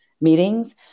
meetings